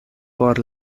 por